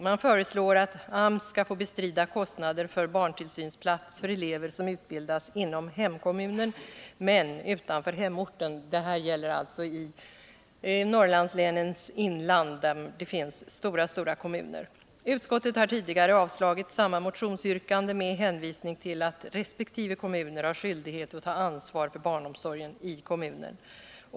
Man föreslår att AMS skall få bestrida kostnader för barntillsynsplats för elever som utbildas inom hemkommunen men utanför hemorten. Detta gäller alltså i Norrlandslänens inland där det finns mycket stora kommuner. Utskottet har tidigare avstyrkt samma motionsyrkande med hänvisning till att resp. kommun har skyldighet att ta ansvar för barnomsorgen i kommunen.